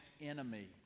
enemy